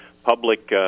public